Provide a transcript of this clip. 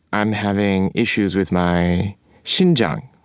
i'm having issues with my sinjang,